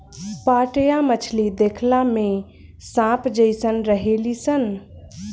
पाटया मछली देखला में सांप जेइसन रहेली सन